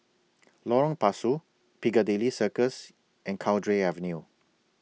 Lorong Pasu Piccadilly Circus and Cowdray Avenue